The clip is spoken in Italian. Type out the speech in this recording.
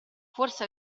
forse